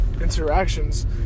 interactions